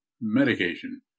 medication